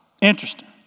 Interesting